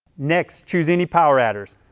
next, choose any power adders.